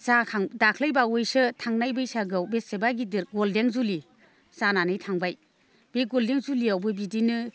जाखां दाख्लैबावैसो थांनाय बैसागुआव बेसेबा गिदिर ग'लडेन जुबलि जानानै थांबाय बे ग'लडेन जुबलियावबो बिदिनो